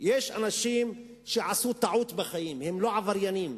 יש אנשים שעשו טעות בחיים, הם לא עבריינים,